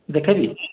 ଦେଖାବି